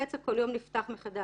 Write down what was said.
הפצע כל יום נפתח מחדש,